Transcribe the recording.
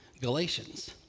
Galatians